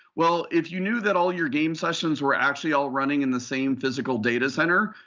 well, if you knew that all your game sessions were actually all running in the same physical data center,